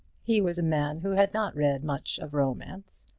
he was a man who had not read much of romance.